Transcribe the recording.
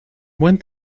buen